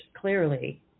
clearly